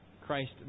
Christ